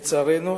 לצערנו,